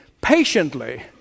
patiently